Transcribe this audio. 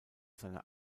seiner